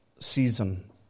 season